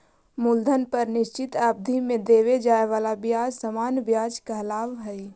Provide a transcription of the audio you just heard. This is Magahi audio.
मूलधन पर निश्चित अवधि में देवे जाए वाला ब्याज सामान्य व्याज कहलावऽ हई